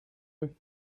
eux